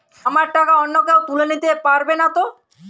আমার টাকা অন্য কেউ তুলে নিতে পারবে নাতো?